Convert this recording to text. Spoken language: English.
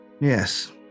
Yes